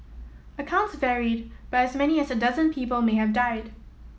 accounts varied but as many as a dozen people may have died